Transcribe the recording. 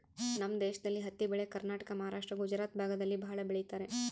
ನಮ್ ದೇಶದಲ್ಲಿ ಹತ್ತಿ ಬೆಳೆ ಕರ್ನಾಟಕ ಮಹಾರಾಷ್ಟ್ರ ಗುಜರಾತ್ ಭಾಗದಲ್ಲಿ ಭಾಳ ಬೆಳಿತರೆ